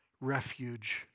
refuge